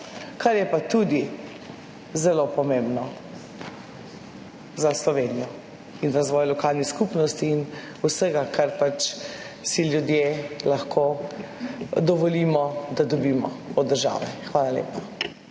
kar je pa tudi zelo pomembno za Slovenijo in razvoj lokalnih skupnosti in vsega, kar pač si ljudje lahko dovolimo, da dobimo od države. Hvala lepa.